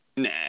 Nah